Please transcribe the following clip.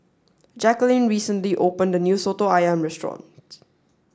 Jacqueline recently opened the new Soto Ayam restaurant